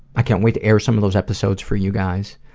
i can't wait to air some of those episodes for you guys.